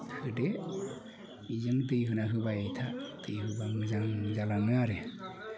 होदो बिजों दै होना होबाय था दै होब्ला मोजां जालाङो आरो